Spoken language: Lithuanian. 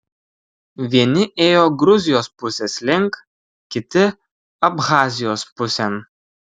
vieni ėjo gruzijos pusės link kiti abchazijos pusėn